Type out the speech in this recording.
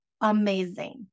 amazing